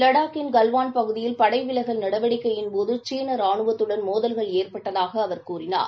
லடாக்கில் கல்வாள் பகுதியில் படை விலகல் நடவடிக்கையின் போது சீன ராணுவத்துடன் வன்முறை மோதல்கள் ஏற்பட்டதாக அவர் கூறினார்